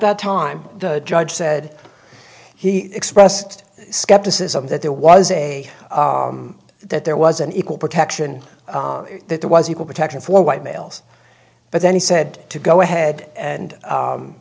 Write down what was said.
that time the judge said he expressed skepticism that there was a that there was an equal protection that there was equal protection for white males but then he said to go ahead and